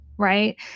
right